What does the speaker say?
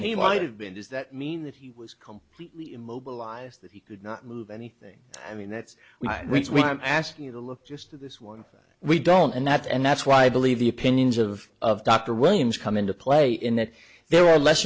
and he might have been does that mean that he was completely immobilized that he could not move anything i mean that's why we ask you to look just at this one we don't and that and that's why i believe the opinions of of dr williams come into play in that there are less